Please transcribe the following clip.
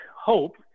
hope